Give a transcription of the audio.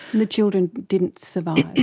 the children didn't survive.